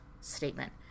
statement